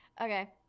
okay